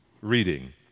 reading